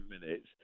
minutes